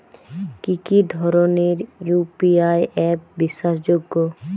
কি কি ধরনের ইউ.পি.আই অ্যাপ বিশ্বাসযোগ্য?